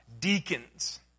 deacons